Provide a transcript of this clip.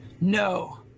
No